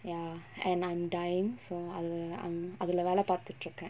ya and I'm dying so அதுல:athula I'm அதுல வேல பாத்துட்டு இருக்க:athula vela paathuttu irukka